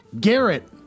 Garrett